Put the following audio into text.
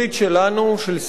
של סיעת חד"ש,